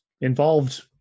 involved